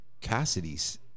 Cassidy's